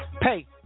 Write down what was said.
pay